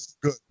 good